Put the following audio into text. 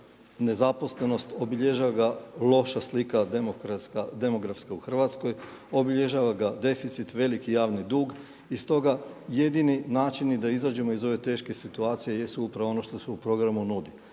nezaposlenost, obilježava ga loša slika demografska u Hrvatskoj. Obilježava ga deficit, veliki javni dug i stoga jedini način da izađemo iz ove teške situacije jesu upravo ono što se u programu nudi,